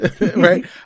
right